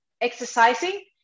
exercising